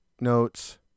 notes